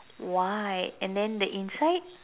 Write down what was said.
white and then the inside